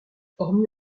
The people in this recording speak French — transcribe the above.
hormis